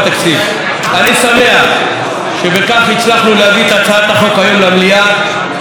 אני שמח שבכך הצלחנו להביא את הצעת החוק היום למליאה תוך הסכמות,